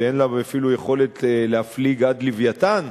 שאין לה אפילו יכולת להפליג עד "לווייתן"?